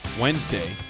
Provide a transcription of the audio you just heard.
Wednesday